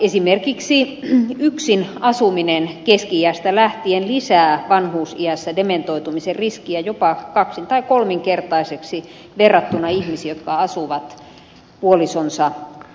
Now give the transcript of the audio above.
esimerkiksi yksin asuminen keski iästä lähtien lisää vanhuusiässä dementoitumisen riskiä jopa kaksin tai kolminkertaiseksi verrattuna ihmisiin jotka asuvat puolisonsa kanssa